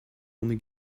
only